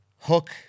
Hook